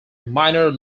minor